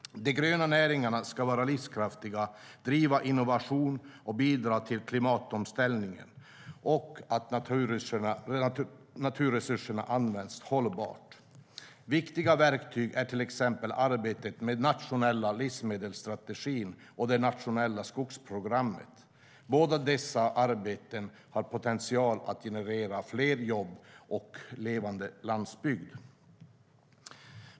De gröna näringarna ska vara livskraftiga, driva innovation och bidra till klimatomställningen och att naturresurserna används hållbart. Viktiga verktyg är till exempel arbetet med den nationella livsmedelsstrategin och det nationella skogsprogrammet. Båda dessa arbeten har potential att generera fler jobb och levande landsbygd.